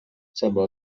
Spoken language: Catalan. sembla